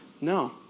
No